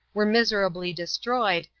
were miserably destroyed,